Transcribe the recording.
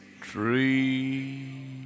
tree